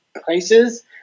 places